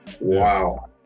Wow